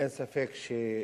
אין ספק שבנושא